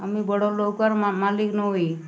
আমি বড়ো লৌক মা মালিক নবি